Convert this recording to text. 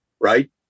right